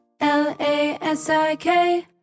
L-A-S-I-K